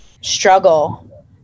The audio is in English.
struggle